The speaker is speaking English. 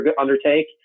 undertake